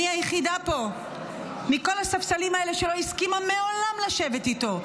אני היחידה פה מכל הספסלים האלה שלא הסכימה מעולם לשבת איתו,